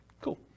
Cool